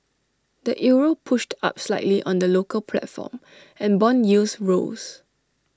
the euro pushed up slightly on the local platform and Bond yields rose